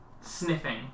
Sniffing